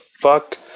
fuck